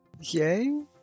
Yay